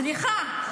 סליחה.